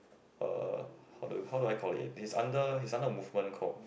uh how do how do I call it it's under he's under a movement called